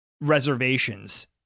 reservations